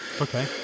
Okay